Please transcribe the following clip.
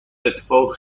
اتفاق